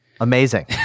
amazing